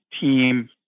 team